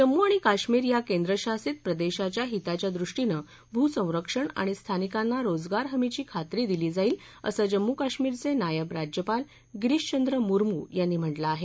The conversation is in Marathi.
जम्मू आणि काश्मिर या केंद्रशासित प्रदेशाच्या हिताच्या दृष्टीनं भूसंरक्षण आणि स्थानिकांना रोजगार हमीची खात्री दिली जाईल असं जम्मू काश्मीरचे नायब राज्यपाल गिरीशचंद्र मूर्म यांनी म्हटलं आहे